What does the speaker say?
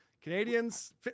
canadians